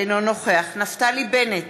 אינו נוכח נפתלי בנט,